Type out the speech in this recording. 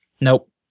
Nope